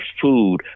food